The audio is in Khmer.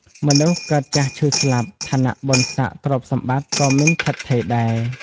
មនុស្សកើតចាស់ឈឺស្លាប់។ ឋានៈ បុណ្យស័ក្ដិ ទ្រព្យសម្បត្តិ ក៏មិនឋិតថេរដែរ។